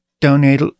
donate